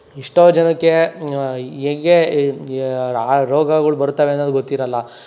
ಎಷ್ಟೋ ಜನಕ್ಕೆ ಹೇಗೆ ಆ ರೋಗಗಳೂ ಬರ್ತವೆ ಅನ್ನೋದು ಗೊತ್ತಿರಲ್ಲ